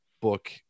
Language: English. book